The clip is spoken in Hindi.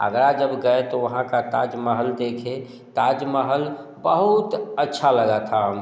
आगरा जब गये तो वहाँ का ताजमहल देखे ताजमहल बहुत अच्छा लगा था हम को